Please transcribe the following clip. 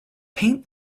paint